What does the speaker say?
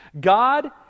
God